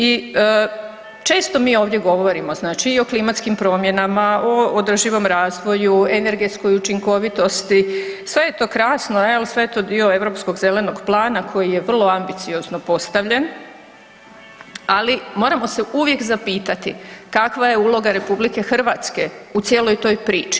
I često mi ovdje govorimo znači i o klimatskim promjenama, o održivom razvoju, energetskoj učinkovitosti, sve je to krasno, jel sve je to dio Europskog zelenog plana koji je vrlo ambiciozno postavljen, ali moramo se uvijek zapitati kakva je uloga RH u cijeloj toj priči.